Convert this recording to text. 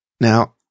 Now